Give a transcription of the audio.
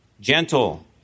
gentle